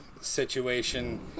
situation